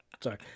sorry